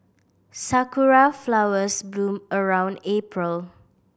sakura flowers bloom around April